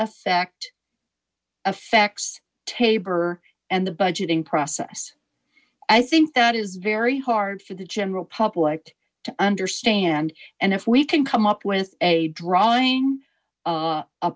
effect affects tabor and the budgeting process i think that is very hard for the general public to understand and if we can come up with a drawing a